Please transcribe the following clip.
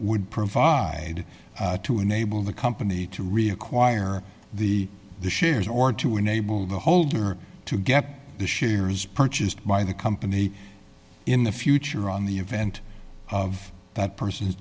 would provide to enable the company to reacquire the shares or to enable the holder to get the shares purchased by the company in the future on the event of that person's